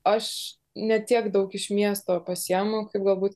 aš ne tiek daug iš miesto pasiimu kaip galbūt